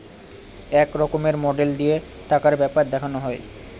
এক রকমের মডেল দিয়ে টাকার ব্যাপার দেখানো হয়